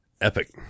Epic